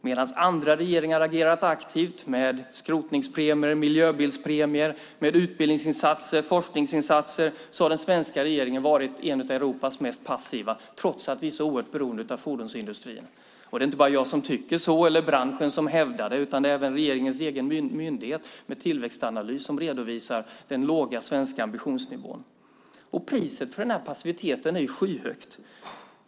Medan andra regeringar har agerat aktivt med skrotningspremier, miljöbilspremier, utbildningsinsatser och forskningsinsatser har den svenska regeringen varit en av Europas mest passiva, trots att vi är så oerhört beroende av fordonsindustrin. Det är inte bara jag som tycker så eller branschen som hävdar det, utan även regeringens egen myndighet Tillväxtanalys som redovisar den låga svenska ambitionsnivån. Priset för denna passivitet är skyhögt.